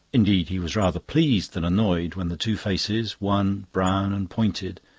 indeed, he was rather pleased than annoyed when the two faces, one brown and pointed,